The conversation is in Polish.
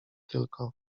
tylko